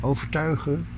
Overtuigen